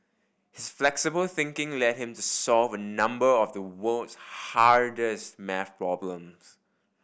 his flexible thinking led him to solve a number of the world's hardest maths problems